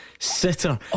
Sitter